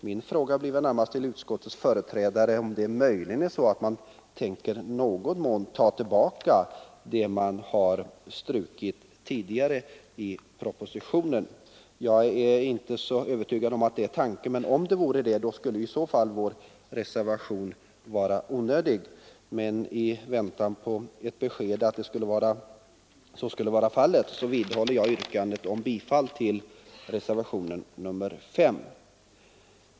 Min fråga till utskottets företrädare blir närmast om det möjligen är så att man i någon mån tänker ta tillbaka det man tidigare strukit i propositionen när det gäller grunderna för stödet. Jag är inte övertygad om att det är tanken, men om det är så, skulle vår reservation vara onödig. I avvaktan på ett besked att så är fallet, yrkar jag bifall till reservationen 5.